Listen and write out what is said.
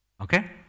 Okay